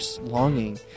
longing